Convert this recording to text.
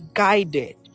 guided